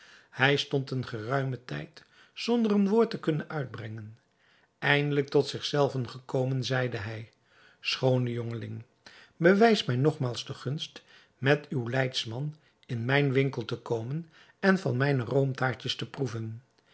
hij stond een geruimen tijd zonder een woord te kunnen uitbrengen eindelijk tot zich zelven gekomen zeide hij schoone jongeling bewijs mij nogmaals de gunst met uw leidsman in mijn winkel te komen en van mijne roomtaartjes te proeven